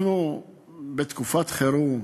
אנחנו בתקופת חירום,